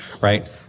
right